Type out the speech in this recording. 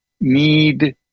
need